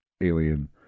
alien